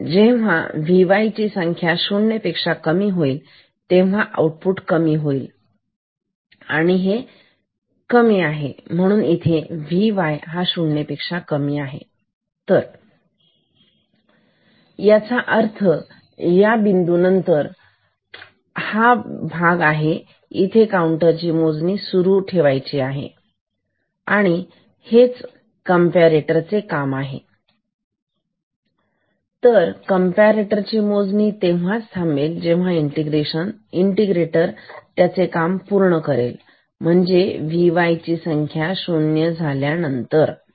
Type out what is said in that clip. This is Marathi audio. जेव्हा Vy ची संख्या शून्य पेक्षा कमी होईल तेव्हा आउटपुट कमी होईल आणि हे कमी आहे इथे Vy शून्य पेक्षा कमी आहे तर याचा अर्थ या बिंदू नंतर हा तो भाग आहे जिथे काऊंटर त्याची मोजणी सुरू ठेवणार नाही तर हे कॅम्पारेटर चे काम आहे तर कंपरेटर मोजणी तेव्हाच थांबवेल जेव्हा इंटिग्रेशन त्याचे काम पूर्ण करेल म्हणजे Vy संख्या 0 झाल्यानंतर